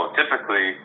typically